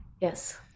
Yes